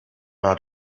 out